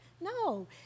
no